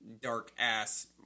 dark-ass